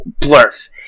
Blurf